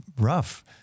rough